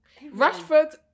Rashford